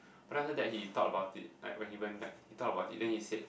but then heard that he talk about this like he went back and talk about this then he said